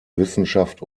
wissenschaft